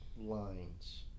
lines